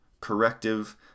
corrective